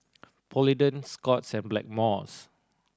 Polident Scott's and Blackmores